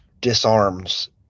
disarms